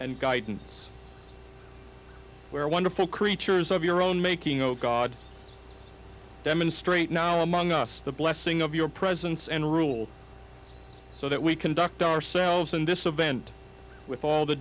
and guidance where wonderful creatures of your own making oh god demonstrate now among us the blessing of your presence and rule so that we conduct ourselves in this event with all the